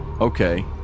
Okay